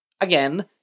Again